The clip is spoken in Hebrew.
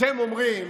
אתם אומרים: